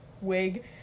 wig